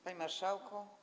Panie Marszałku!